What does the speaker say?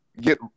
get